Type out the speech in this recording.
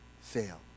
fail